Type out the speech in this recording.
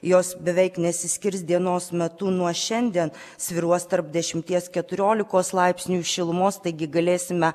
jos beveik nesiskirs dienos metu nuo šiandien svyruos tarp dešimties keturiolikos laipsnių šilumos taigi galėsime